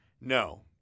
No